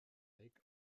lake